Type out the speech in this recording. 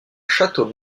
château